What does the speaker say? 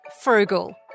frugal